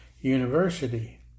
university